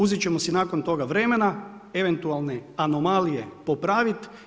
Uzeti ćemo si nakon toga vremena, eventualne anomalije popraviti.